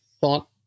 thought